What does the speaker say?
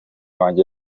wanjye